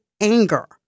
anger